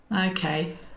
Okay